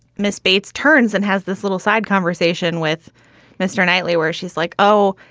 miss bates turns and has this little side conversation with mr. knightley where she's like, oh,